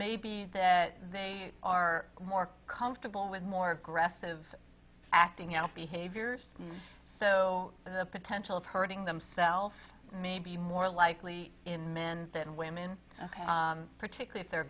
may be that they are more comfortable with more aggressive acting out behaviors and so the potential of hurting themselves may be more likely in men than women particularly their